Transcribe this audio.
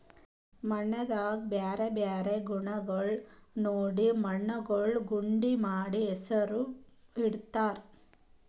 ಮಣ್ಣದಾಗ್ ಬ್ಯಾರೆ ಬ್ಯಾರೆ ಗುಣಗೊಳ್ ನೋಡಿ ಮಣ್ಣುಗೊಳ್ ಗುಡ್ಡಿ ಮಾಡಿ ಹೆಸುರ್ ಇಡತ್ತಾರ್